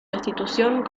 destitución